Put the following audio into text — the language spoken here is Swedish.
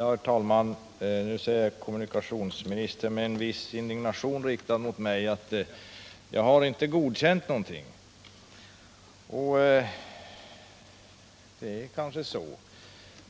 Herr talman! Nu säger kommunikationsministern med en viss indignation riktad mot mig att han inte har godkänt någonting. Det är kanske så.